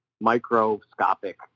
microscopic